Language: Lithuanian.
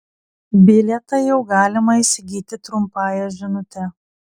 bilietą jau galima įsigyti trumpąja žinute